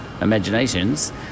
imaginations